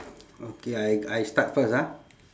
okay I I start first ah